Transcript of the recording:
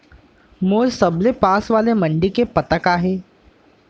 मोर सबले पास वाले मण्डी के पता का हे?